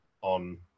on